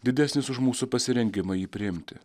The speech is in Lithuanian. didesnis už mūsų pasirengimą jį priimti